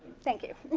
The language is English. thank you.